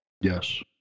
Yes